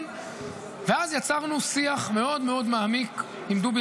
ואז יצרנו שיח מאוד מעמיק עם דובי